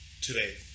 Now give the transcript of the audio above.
today